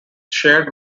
shared